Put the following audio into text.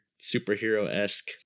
superhero-esque